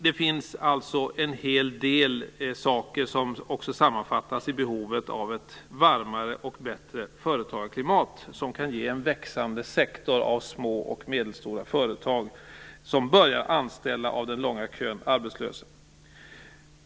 Det finns alltså en hel del saker som också sammanfattas i behovet av ett varmare och bättre företagarklimat. Det skulle kunna ge en växande sektor av små och medelstora företag som börjar att anställa av den långa kön arbetslösa.